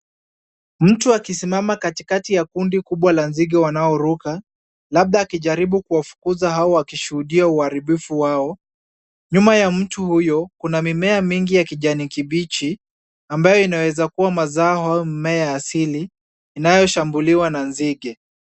Mtu akisimama kati kati ya kundi kubwa la nzige wanaoruka, labda akijaribu kuwafukuza au akishuhudia uharibifu wao. Nyuma ya mtu huyo, kuna mimea mingi ya kijani kibichi ambayo inaweza kuwa mazao au mmea asili inayoshambuliwa na nzige.